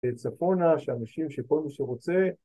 ‫בצפונה, שאנשים, שכל מי שרוצה.